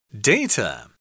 DATA